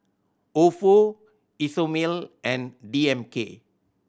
Ofo Isomil and D M K